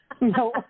No